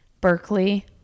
Berkeley